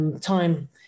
time